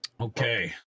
Okay